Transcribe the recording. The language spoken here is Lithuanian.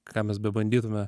ką mes bebandytume